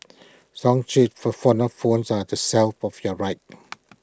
song sheets for xylophones are on the shelf to your right